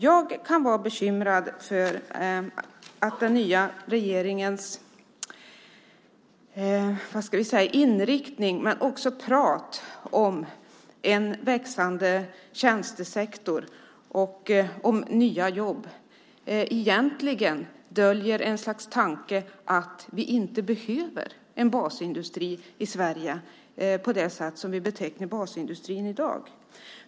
Jag kan vara bekymrad för att den nya regeringens inriktning och prat om en växande tjänstesektor och nya jobb egentligen döljer en tanke att vi inte behöver en basindustri i Sverige på det sätt som vi betecknar basindustrin i dag.